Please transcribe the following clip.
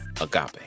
agape